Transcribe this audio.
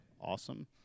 awesome